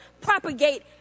propagate